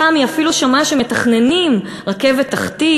פעם היא אפילו שמעה שמתכננים רכבת תחתית,